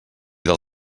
del